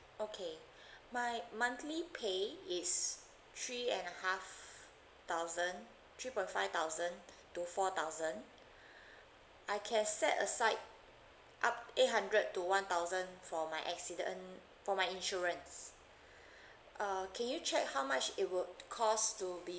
okay my monthly pay is three and a half thousand three point five thousand to four thousand I can set aside up eight hundred to one thousand for my accident for my insurance uh can you check how much it would cost to be